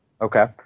Okay